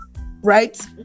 right